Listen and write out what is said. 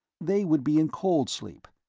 they would be in cold sleep,